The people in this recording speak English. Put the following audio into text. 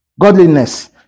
Godliness